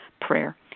prayer